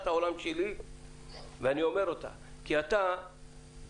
העולם שלי ואני אומר אותה כי אתה תחשוש